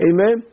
Amen